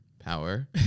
power